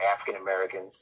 African-Americans